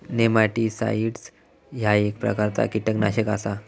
nematicides ह्या एक प्रकारचा कीटकनाशक आसा